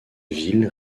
ville